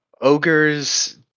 Ogres